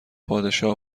پادشاه